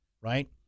right